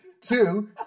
Two